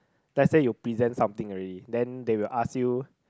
let's say you present something already then they will ask you